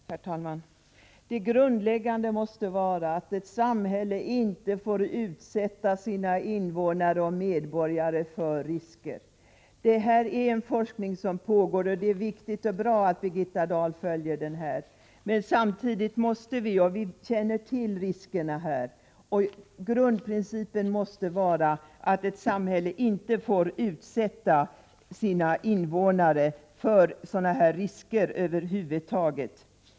Herr talman! Det grundläggande måste vara att ett samhälle inte får utsätta sina invånare för risker. Det pågår en forskning på det här området, och det är viktigt och bra att Birgitta Dahl följer forskningen. Men samtidigt måste vi inse att ett samhälle inte får utsätta invånarna för sådana här risker över huvud taget.